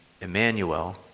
Emmanuel